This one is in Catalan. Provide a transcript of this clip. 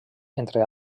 entre